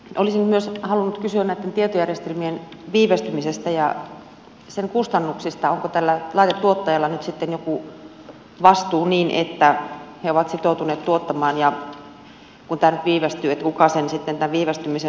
olisin myös halunnut kysyä näitten tietojärjestelmien viivästymisestä ja sen kustannuksista onko tällä laitetuottajalla nyt joku vastuu niin että se on sitoutunut tuottamaan ja kun tämä nyt viivästyy kuka sitten tämän viivästymisen maksaa